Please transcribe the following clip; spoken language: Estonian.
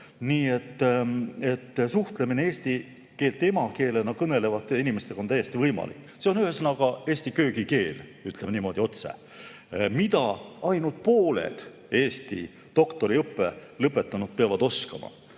nii et suhtlemine eesti keelt emakeelena kõnelevate inimestega on täiesti võimalik. See on ühesõnaga eesti köögikeel, ütleme niimoodi otse, mida ainult pooled Eesti doktoriõppe lõpetanud peavad oskama.